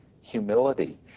humility